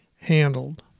handled